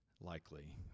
likely